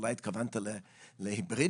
אולי התכוונת להיברידיים?